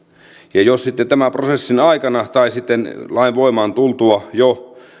jos sitten tämän prosessin aikana tai sitten lain voimaan jo